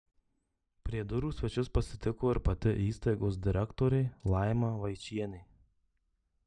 prie durų svečius pasitiko ir pati įstaigos direktorė laima vaičienė